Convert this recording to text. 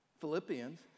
Philippians